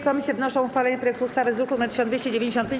Komisje wnoszą o uchwalenie projektu ustawy z druku nr 1295.